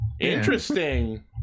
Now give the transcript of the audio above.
Interesting